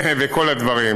וכל הדברים.